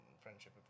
friendship